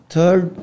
third